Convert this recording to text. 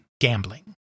gambling